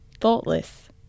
thoughtless